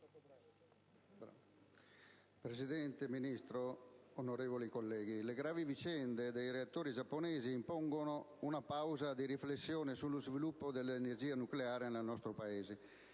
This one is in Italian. Presidente, signor Ministro, onorevoli colleghi, le gravi vicende dei reattori giapponesi impongono una pausa di riflessione sullo sviluppo dell'energia nucleare nel nostro Paese.